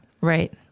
Right